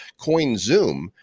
CoinZoom